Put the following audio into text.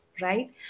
right